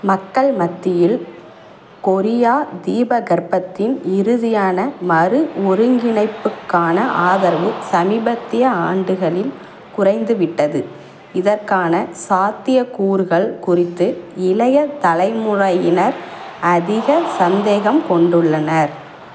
மக்கள் மத்தியில் கொரியா தீபகற்பத்தின் இறுதியான மறு ஒருங்கிணைப்புக்கான ஆதரவு சமீபத்திய ஆண்டுகளில் குறைந்துவிட்டது இதற்கான சாத்தியக்கூறுகள் குறித்து இளைய தலைமுறையினர் அதிக சந்தேகம் கொண்டுள்ளனர்